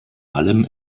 allem